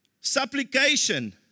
Supplication